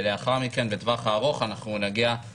11:37) צוהריים טובים, שלום.